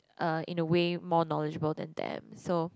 uh in a way more knowledgeable than them so